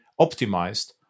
optimized